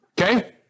Okay